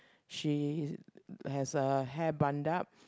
she has her hair bunned up